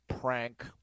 prank